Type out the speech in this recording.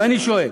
ואני שואל: